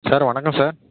sir வணக்கம் sir